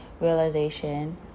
realization